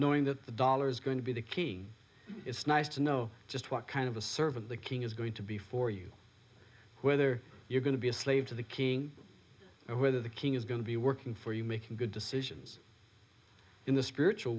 knowing that the dollars going to be the key it's nice to know just what kind of a servant the king is going to be for you whether you're going to be a slave to the king or whether the king is going to be working for you making good decisions in the spiritual